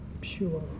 pure